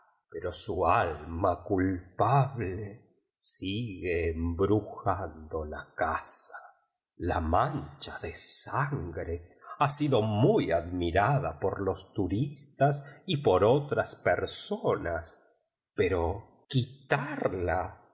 pero su alma culpable sigue embrujando la casa a maneba de sangre ha sido muy admirada por los turistas y por otras personas pero quitarla